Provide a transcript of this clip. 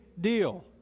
deal